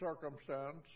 Circumstance